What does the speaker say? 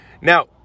Now